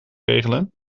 regelen